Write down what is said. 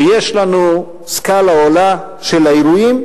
ויש לנו סקאלה עולה של האירועים.